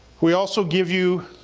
we also give you.